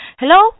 hello